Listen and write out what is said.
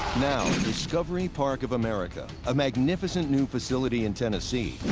now, discovery park of america, a magnificent new facility in tennessee,